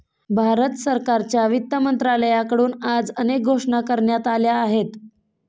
भारत सरकारच्या वित्त मंत्रालयाकडून आज अनेक घोषणा करण्यात आल्या आहेत